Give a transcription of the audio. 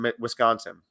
Wisconsin